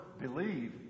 believe